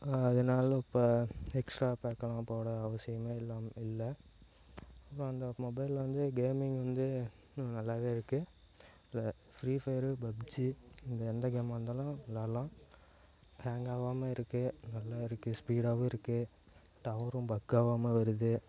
அதனால இப்போ extra pack எல்லாம் போட அவசியமே இல்லாம இல்லை அப்றம் அந்த மொபைலில் வந்து கேமிங் வந்து நல்லாவே இருக்குது இதில் ஃப்ரீஃபயரு பப்ஜி இதில் எந்த கேமாக இருந்தாலும் விளாடலாம் ஹேங் ஆகாம இருக்குது நல்லாயிருக்கு ஸ்பீடாகவும் இருக்குது டவரும் பக்கவா வருது